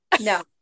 No